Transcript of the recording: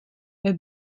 het